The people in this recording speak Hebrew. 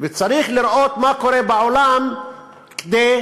וצריך לראות מה קורה בעולם כדי